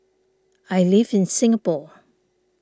I live in Singapore